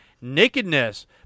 nakedness